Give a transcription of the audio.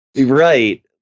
Right